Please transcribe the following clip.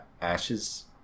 ashes